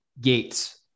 gates